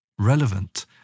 relevant